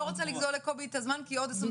אבל לפחות לגבי הסייעות,